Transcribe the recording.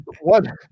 one